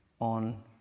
on